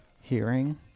hearing